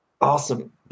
Awesome